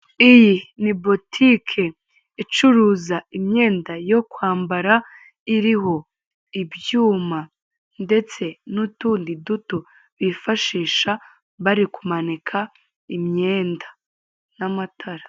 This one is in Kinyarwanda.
Iyi ni botike icuruza imyenda yo kwambara iriho ibyuma ndetse n'utundi duto bifashisha barikumanika imyenda na matara.